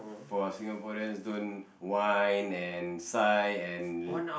for Singaporeans don't whine and sigh and